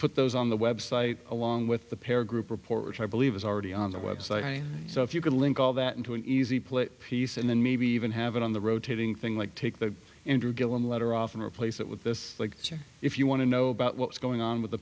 put those on the website along with the pair group report which i believe is already on the website so if you can link all that into an easy plate piece and then maybe even have it on the rotating thing like take the andrew gillum letter off and replace it with this like if you want to know about what's going on with the